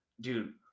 Dude